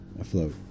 afloat